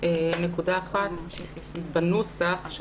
נקודה אחת בנוסח.